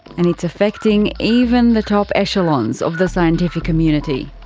and it's affecting even the top echelons of the scientific community.